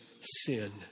sin